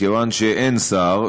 כיוון שאין שר,